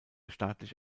staatlich